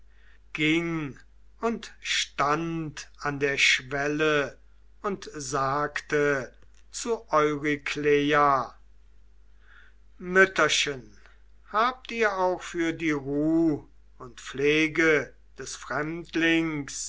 ging und stand an der schwelle und sagte zu eurykleia mütterchen habt ihr auch für die ruh und pflege des fremdlings